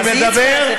השר כץ,